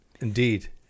indeed